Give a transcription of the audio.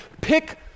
pick